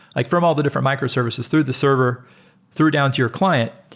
like from all the different microservices through the server through down to your client.